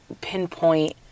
pinpoint